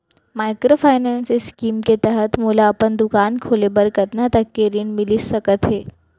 Microfinance scheme के तहत मोला अपन दुकान खोले बर कतना तक के ऋण मिलिस सकत हे?